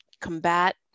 combat